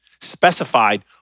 specified